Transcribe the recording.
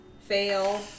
fail